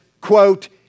quote